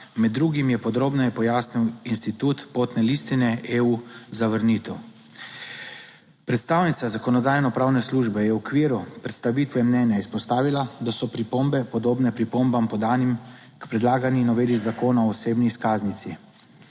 Med drugim je podrobneje pojasnil institut potne listine EU za vrnitev. Predstavnica Zakonodajno-pravne službe je v okviru predstavitve mnenja izpostavila, da so pripombe podobne pripombam podanim k predlagani noveli Zakona o osebni izkaznici.